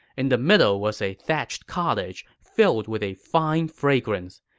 in the middle was a thatched cottage, filled with a fine fragrance.